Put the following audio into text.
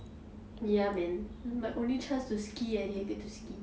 ya man my only chance to ski I didn't get to ski